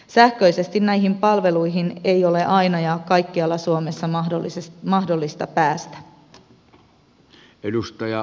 sähköisesti näihin palveluihin ei ole aina ja kaikkialla suomessa mahdollista päästä